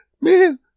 man